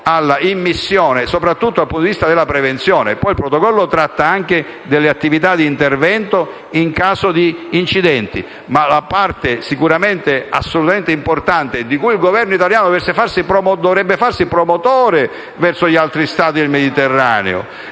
alle immissioni, soprattutto dal punto di vista della prevenzione. Il Protocollo, infatti, tratta anche delle attività di intervento in caso di incidenti, ma è un'altra la parte assolutamente importante, di cui il Governo dovrebbe farsi promotore verso gli altri Stati del Mediterraneo,